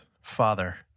father